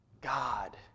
God